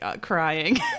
crying